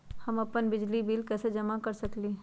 हम अपन बिजली बिल कैसे जमा कर सकेली?